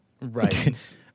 right